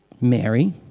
Mary